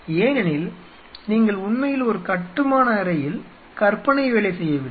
ஏனெனில் நீங்கள் உண்மையில் ஒரு கட்டுமான அறையில் கற்பனை வேலை செய்யவில்லை